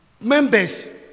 members